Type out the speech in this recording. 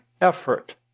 effort